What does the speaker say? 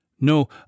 No